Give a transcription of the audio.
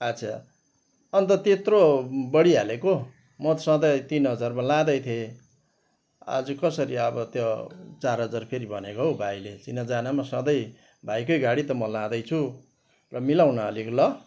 आच्छा अन्त त्यत्रो बढिहालेको म त सधैँ तिन हजारमा लाँदै थिएँ आज कसरी अब त्यो चार हजार फेरि भनेको हौ भाइले चिनाजानमा सधैँ भाइकै गाडी त म लाँदैछु र मिलाउन अलिक ल